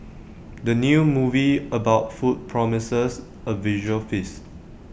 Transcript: the new movie about food promises A visual feast